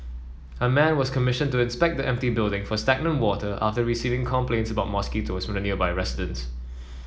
a man was commissioned to inspect the empty building for stagnant water after receiving complaints about mosquitoes from nearby residents